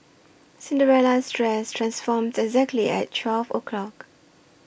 Cinderella's dress transformed exactly at twelve O' clock